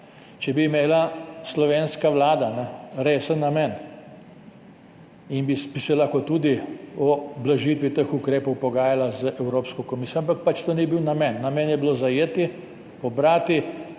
Če bi imela slovenska vlada resen namen, bi se lahko tudi o blažitvi teh ukrepov pogajala z Evropsko komisijo, ampak pač to ni bil namen. Namen je bil zajeti, pobrati,